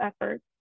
efforts